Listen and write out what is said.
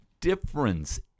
difference